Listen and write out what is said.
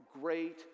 great